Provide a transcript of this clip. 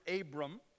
Abram